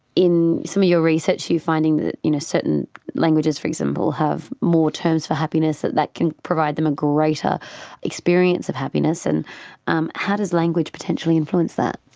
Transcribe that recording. in some of your research you're finding that you know certain languages, for example, have more terms for happiness, that that can provide them a greater experience of happiness. and um how does language potentially influence that?